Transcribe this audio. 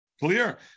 Clear